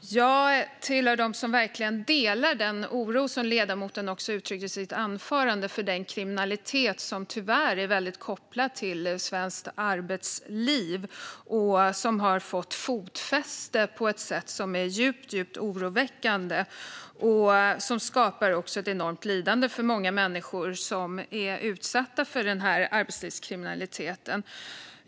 Jag hör till dem som verkligen delar den oro som ledamoten uttrycker i sitt anförande för den kriminalitet som tyvärr är väldigt kopplad till svenskt arbetsliv och som har fått fotfäste på ett sätt som är djupt oroväckande och skapar ett enormt lidande för många människor som är utsatta för arbetslivskriminalitet.